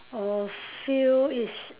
or feel is